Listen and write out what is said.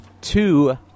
two